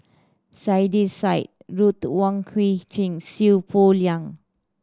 Saiedah Said Ruth Wong Hie King Seow Poh Leng